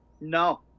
No